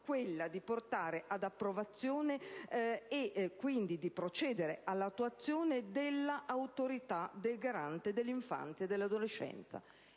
quella di portare ad approvazione definitiva e di procedere all'attuazione dell'Autorità garante per l'infanzia e dell'adolescenza.